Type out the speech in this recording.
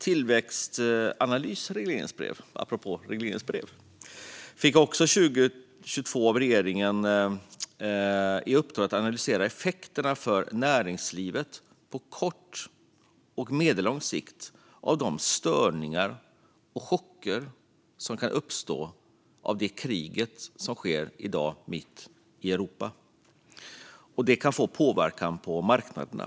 Tillväxtanalys fick i ett regleringsbrev i år i uppdrag att analysera effekterna för näringslivet på kort och medellång sikt av de störningar och chocker som kan uppstå av det krig som i dag pågår mitt i Europa. Det kan få påverkan på marknaderna.